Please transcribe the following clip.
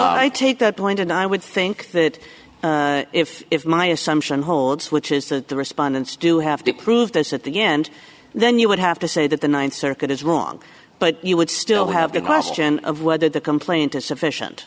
o i take that point and i would think that if if my assumption holds which is that the respondents do have to prove this at the end then you would have to say that the th circuit is wrong but you would still have the question of whether the complaint is sufficient